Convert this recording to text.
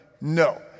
no